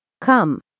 Come